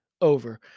over